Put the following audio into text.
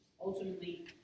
Ultimately